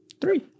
Three